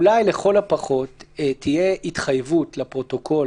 אולי לכל הפחות תהיה התחייבות לפרוטוקול